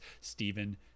Stephen